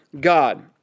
God